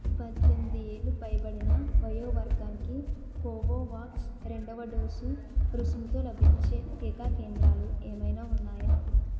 పద్దెనిమిది ఏళ్లు పైబడిన వయో వర్గానికి కోవోవాక్స్ రెండవ డోసు రుసుముతో లభించే టీకా కేంద్రాలు ఏమైనా ఉన్నాయా